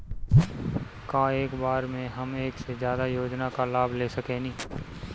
का एक बार में हम एक से ज्यादा योजना का लाभ ले सकेनी?